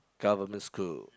government school